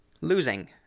losing